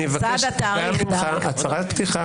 אני מבקש גם ממך הצהרת פתיחה קצרה.